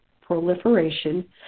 proliferation